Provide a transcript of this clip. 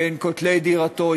בין כותלי דירתו,